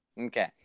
Okay